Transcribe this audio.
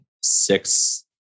six